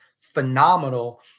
phenomenal